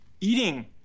eating